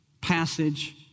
passage